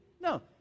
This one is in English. No